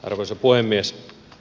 arvoisa puhemies